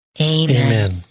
Amen